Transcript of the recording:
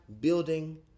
building